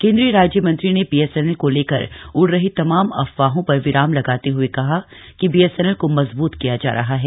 केंद्रीय राज्य मंत्री ने बीएसएनएल को लेकर उड़ रही तमाम अफवाहों पर विराम लगाते हुए कहा कि बीएसएनएल को मजबूत किया जा रहा है